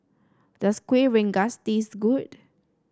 does Kueh Rengas taste good